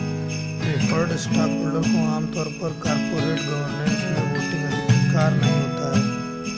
preferred stockholder का आम तौर पर कॉरपोरेट गवर्नेंस में वोटिंग अधिकार नहीं होता है